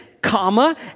comma